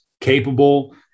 capable